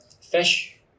fish